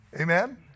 Amen